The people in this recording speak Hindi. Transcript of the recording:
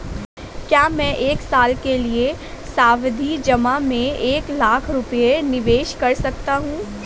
क्या मैं एक साल के लिए सावधि जमा में एक लाख रुपये निवेश कर सकता हूँ?